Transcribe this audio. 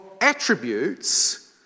attributes